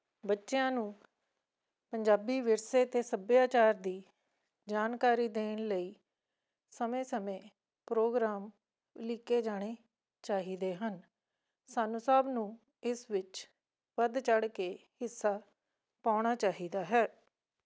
ਬੱਚਿਆਂ ਨੂੰ ਪੰਜਾਬੀ ਵਿਰਸੇ ਅਤੇ ਸੱਭਿਆਚਾਰ ਦੀ ਜਾਣਕਾਰੀ ਦੇਣ ਲਈ ਸਮੇਂ ਸਮੇਂ ਪ੍ਰੋਗਰਾਮ ਉਲੀਕੇ ਜਾਣੇ ਚਾਹੀਦੇ ਹਨ ਸਾਨੂੰ ਸਭ ਨੂੰ ਇਸ ਵਿੱਚ ਵੱਧ ਚੜ੍ਹ ਕੇ ਹਿੱਸਾ ਪਾਉਣਾ ਚਾਹੀਦਾ ਹੈ